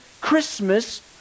Christmas